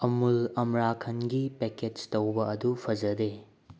ꯑꯃꯨꯜ ꯑꯝꯔꯥꯈꯟꯒꯤ ꯄꯦꯀꯦꯖ ꯇꯧꯕ ꯑꯗꯨ ꯐꯖꯗꯦ